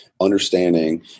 understanding